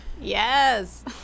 Yes